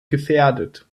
gefährdet